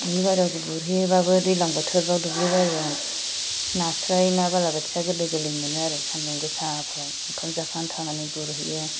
दुब्लिबारियाव गुरहैयोबाबो दैज्लां बोथोराव दुब्लिबारियाव नास्राय ना बालाबाथिया गोरलै गोरलै मोनो आरो सान्दुं गोसाफोराव ओंखाम जाखांनानै थांनानै गुरहैयो